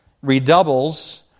redoubles